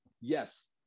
Yes